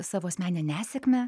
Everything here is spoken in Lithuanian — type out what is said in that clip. savo asmeninę nesėkmę